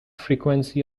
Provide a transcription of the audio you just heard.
frequency